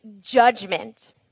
judgment